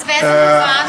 אז באיזה מובן?